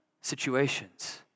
situations